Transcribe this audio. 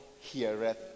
heareth